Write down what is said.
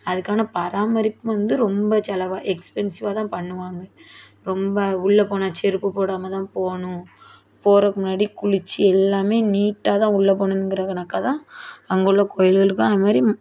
அதுக்கான பராமரிப்பு வந்து ரொம்ப செலவாக எக்ஸ்பென்ஸிவாக தான் பண்ணுவாங்க ரொம்ப உள்ளே போனால் செருப்பு போடாமல் தான் போகணும் போகிறதுக்கு முன்னாடி குளித்து எல்லாம் நீட்டாக தான் உள்ளே போகணுன்குற கணக்காக தான் அங்கே உள்ள கோவில்கள் இருக்கும் அதுமாதிரி